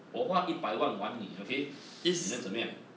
我花一百万玩你 okay 你能怎么样